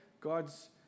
God's